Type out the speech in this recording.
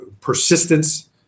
persistence